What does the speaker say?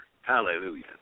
Hallelujah